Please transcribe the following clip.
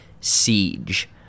Siege